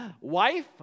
Wife